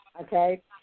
Okay